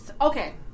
Okay